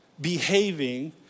behaving